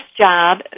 job